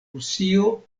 rusio